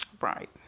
right